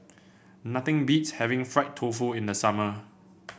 nothing beats having Fried Tofu in the summer